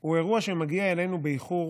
הוא אירוע שמגיע אלינו באיחור